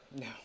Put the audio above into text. No